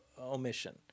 omission